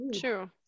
True